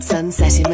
Sunset